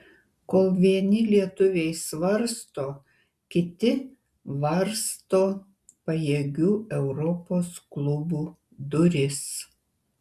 kol vieni lietuviai svarsto kiti varsto pajėgių europos klubų duris